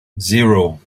zero